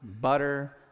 butter